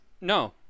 No